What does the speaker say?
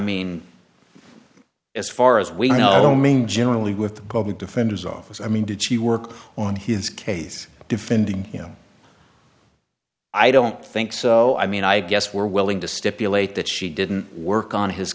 mean as far as we know mean generally with public defenders office i mean did she work on his case defending you know i don't think so i mean i guess we're willing to stipulate that she didn't work on his